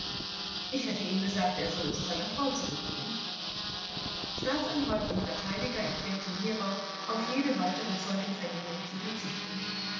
ich hätte ihm gesagt er solle zu seiner frau zurückgehen staatsanwalt und verteidiger erklärten hierauf auf jede weitere zeugenvernehmung zu verzichten